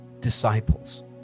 disciples